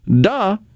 Duh